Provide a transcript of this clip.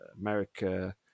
America